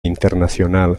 internacional